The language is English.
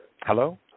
Hello